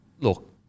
look